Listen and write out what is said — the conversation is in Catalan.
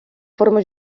forma